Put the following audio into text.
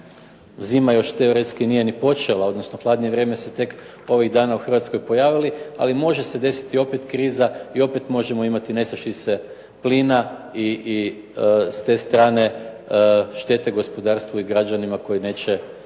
zima još teoretski nije ni počela, odnosno hladnije vrijeme se tek ovih dana u Hrvatskoj pojavilo, ali može se desiti opet kriza i opet možemo imati nestašice plina i s te strane štete gospodarstvu i građanima koji neće